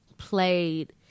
Played